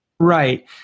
Right